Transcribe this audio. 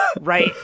Right